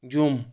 جوٚم